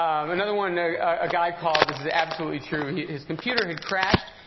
another one, a guy called this is absolutely true his computer had crashed,